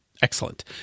Excellent